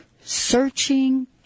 searching